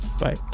Bye